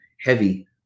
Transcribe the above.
heavy